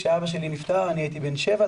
כשאבא שלי נפטר הייתי בן 7,